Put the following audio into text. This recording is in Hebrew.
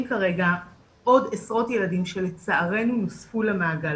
כרגע עוד עשרות ילדים שלצערנו נוספו לדבר הזה,